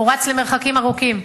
הוא רץ למרחקים ארוכים.